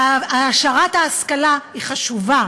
והעשרת ההשכלה היא חשובה,